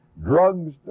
Drugs